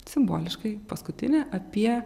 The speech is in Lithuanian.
simboliškai paskutinė apie